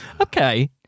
okay